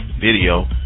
video